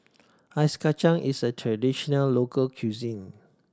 Ice Kachang is a traditional local cuisine